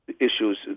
Issues